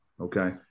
Okay